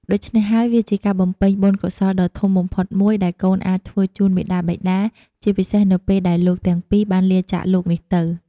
ដូច្នេះហើយ វាជាការបំពេញបុណ្យកុសលដ៏ធំបំផុតមួយដែលកូនអាចធ្វើជូនមាតាបិតា ជាពិសេសនៅពេលដែលលោកទាំងពីរបានលាចាកលោកនេះទៅ។